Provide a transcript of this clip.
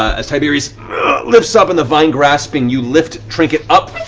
as tiberius lifts up and the vine grasping, you lift trinket up